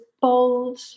bold